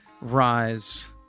rise